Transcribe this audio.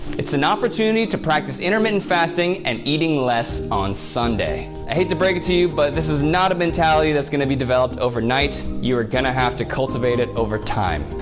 it's an opportunity to practice intermittent fasting and eating less on sunday. i hate to break it to you but this is not a mentality that's gonna be developed over night, you are gonna have to cultivate it over time.